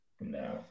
No